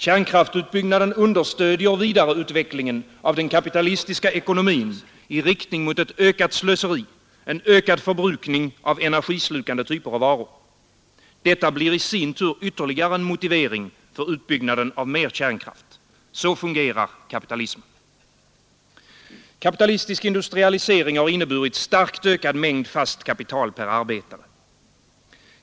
Kärnkraftsutbyggnaden understödjer vidareutvecklingen av den kapitalistiska ekonomin i riktning mot ett ökat slöseri, en ökad förbrukning av energislukande typer av varor. Detta blir i sin tur ytterligare en motivering för utbyggnaden av mer kärnkraft. Så fungerar kapitalismen. Kapitalistik industralisering har inneburit starkt ökad mängd fast kapital per arbetare.